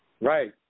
right